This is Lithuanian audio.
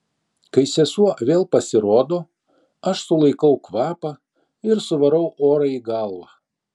kai sesuo vėl pasirodo aš sulaikau kvapą ir suvarau orą į galvą